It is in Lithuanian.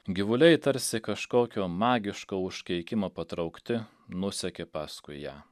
gyvuliai tarsi kažkokio magiško užkeikimo patraukti nusekė paskui ją